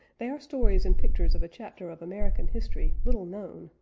they are stories and pictures of a chapter of american history little known,